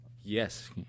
Yes